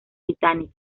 titanic